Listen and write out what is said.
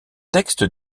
texte